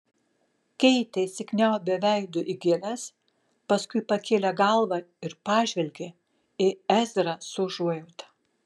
keitė įsikniaubė veidu į gėles paskui pakėlė galvą ir pažvelgė į ezrą su užuojauta